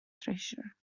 treasure